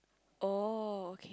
oh O K